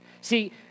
See